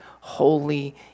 holy